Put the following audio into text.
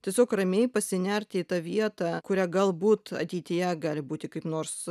tiesiog ramiai pasinerti į tą vietą kurią galbūt ateityje gali būti kaip nors